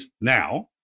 now